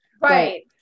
Right